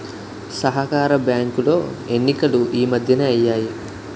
సహకార బ్యాంకులో ఎన్నికలు ఈ మధ్యనే అయ్యాయి